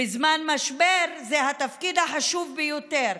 בזמן משבר זה התפקיד החשוב ביותר,